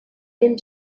dem